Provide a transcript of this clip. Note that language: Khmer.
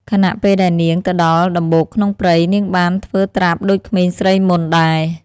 ខណៈពេលដែលនាងទៅដល់ដំបូកក្នុងព្រៃ នាងបានធ្វើត្រាប់ដូចក្មេងស្រីមុនដែរ។